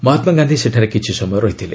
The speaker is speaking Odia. ମହାତ୍ମାଗାନ୍ଧି ସେଠାରେ କିଛି ସମୟ ରହିଥିଲେ